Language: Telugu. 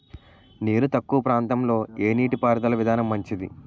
నీరు తక్కువ ప్రాంతంలో ఏ నీటిపారుదల విధానం మంచిది?